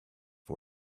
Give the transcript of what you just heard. for